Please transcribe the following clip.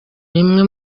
rimwe